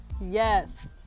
Yes